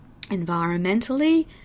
environmentally